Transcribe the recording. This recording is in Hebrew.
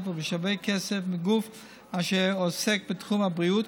או בשווה כסף מגוף אשר עוסק בתחום הבריאות,